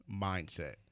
mindset